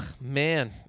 man